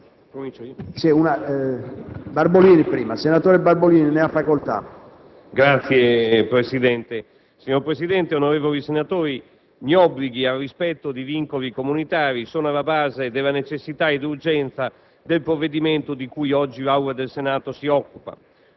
Signor Presidente, onorevoli senatori, gli obblighi al rispetto di vincoli comunitari sono alla base della necessità e urgenza del provvedimento di cui l'Aula del Senato di occupa.